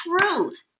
truth